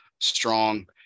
strong